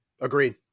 Agreed